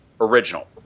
original